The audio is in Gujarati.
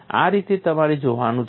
આ રીતે તમારે જોવાનું છે